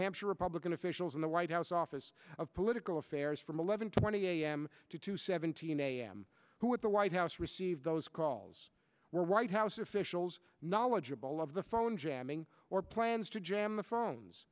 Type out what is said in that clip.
hampshire republican officials and the white house office of political affairs from eleven twenty a m to two seventeen a m who at the white house received those calls were white house officials knowledgeable of the phone jamming or plans to jam the phones